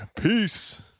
Peace